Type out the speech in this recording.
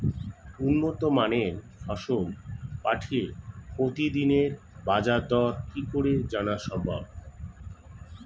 উন্নত মানের ফসল পাঠিয়ে প্রতিদিনের বাজার দর কি করে জানা সম্ভব?